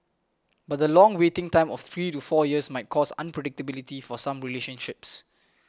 but the long waiting time of three to four years might cause unpredictability for some relationships